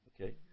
Okay